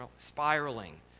spiraling